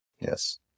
Yes